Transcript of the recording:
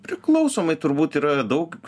priklausomai turbūt yra daug